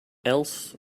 else